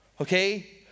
Okay